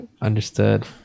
understood